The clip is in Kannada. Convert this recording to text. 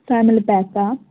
ಫ್ಯಾಮಿಲಿ ಪ್ಯಾಕಾ